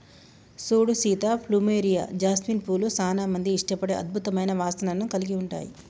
సూడు Sita plumeria, jasmine పూలు సానా మంది ఇష్టపడే అద్భుతమైన వాసనను కలిగి ఉంటాయి